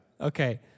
Okay